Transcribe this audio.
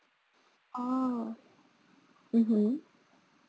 oh mmhmm